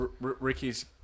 Ricky's